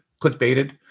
clickbaited